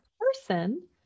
person